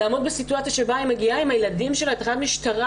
לעמוד בסיטואציה שבה היא מגיעה עם הילדים שלה לתחנת משטרה